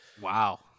Wow